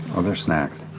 are there snacks?